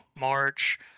March